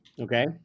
Okay